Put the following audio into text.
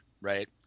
Right